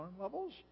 levels